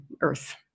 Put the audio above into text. Earth